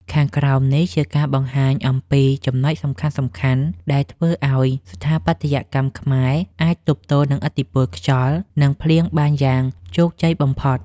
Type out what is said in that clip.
ខាងក្រោមនេះជាការបង្ហាញអំពីចំណុចសំខាន់ៗដែលធ្វើឱ្យស្ថាបត្យកម្មខ្មែរអាចទប់ទល់នឹងឥទ្ធិពលខ្យល់ និងភ្លៀងបានយ៉ាងជោគជ័យបំផុត។